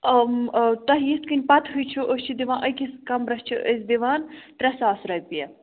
آ تۅہہِ یِتھٕ کٔنۍ پَتہٕ ہے چھَو أسۍ چھِ دِوان أکِس کَمرَس چھِ أسۍ دِوان ترٛے ساس رۄپیہِ